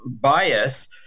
bias